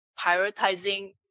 prioritizing